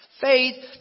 Faith